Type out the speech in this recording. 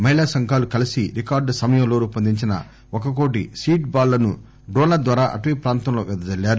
మహిళా సంఘాలు కలీసి రికార్డు సమయంలో రూపొందించిన ఒక కోటి సీడ్ బాల్ లను డ్రోన్ల ద్వారా అటవీ ప్రాంతంలో పెదజల్లారు